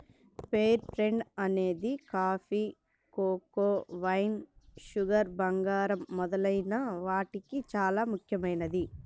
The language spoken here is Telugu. ఫెయిర్ ట్రేడ్ అనేది కాఫీ, కోకో, వైన్, షుగర్, బంగారం మొదలైన వాటికి చానా ముఖ్యమైనది